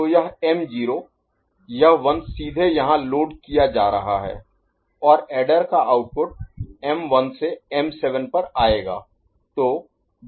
तो यह m0 यह 1 सीधे यहां लोड किया जा रहा है और ऐडर का आउटपुट m1 से m7 पर आएगा